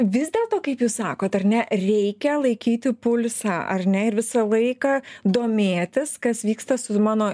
vis dėl to kaip jūs sakot ar ne reikia laikyti pulsą ar ne ir visą laiką domėtis kas vyksta su mano